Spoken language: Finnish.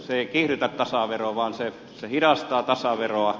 se ei kiihdytä tasaveroa vaan se hidastaa tasaveroa